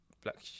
Black